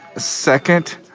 second,